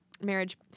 marriage